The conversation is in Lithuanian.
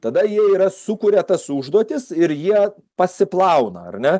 tada jie yra sukuria tas užduotis ir jie pasiplauna ar ne